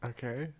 Okay